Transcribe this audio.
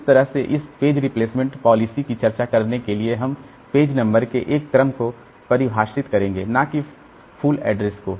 तो इस तरह से इस पेज रिप्लेसमेंट पॉलिसी की चर्चा करने के लिए हम पेज नंबर के एक क्रम को परिभाषित करेंगे ना की फुल एड्रेस को